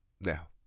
now